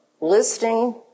listing